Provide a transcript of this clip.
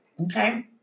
Okay